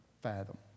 fathom